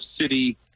City